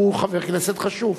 והוא חבר כנסת חשוב.